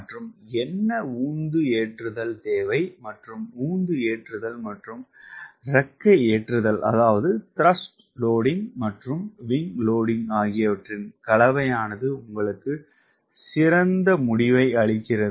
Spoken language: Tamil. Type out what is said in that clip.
மற்றும் என்ன உந்து ஏற்றுதல் தேவை மற்றும் உந்து ஏற்றுதல் மற்றும் இறக்கை ஏற்றுதல் ஆகியவற்றின் கலவையானது உங்களுக்கு சிறந்த முடிவை அளிக்கிறது